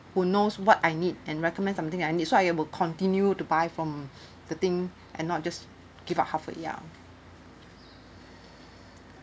who knows what I need and recommend something I need so I will continue to buy from the thing and not just give up half a year